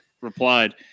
replied